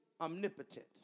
omnipotent